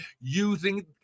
using